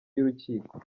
y’urukiko